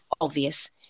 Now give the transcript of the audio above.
obvious